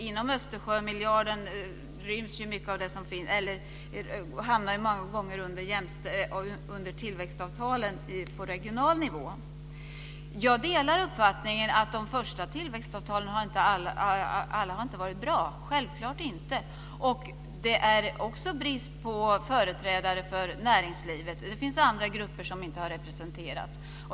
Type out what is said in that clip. Inom Östersjömiljarden finns mycket som hamnar under tillväxtavtalen på regional nivå. Jag delar uppfattningen om de första tillväxtavtalen att inte alla har varit bra, självklart inte. Det är också brist på företrädare för näringslivet, och det finns andra grupper som inte har representerats.